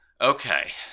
okay